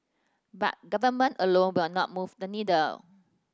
but government alone will not move the needle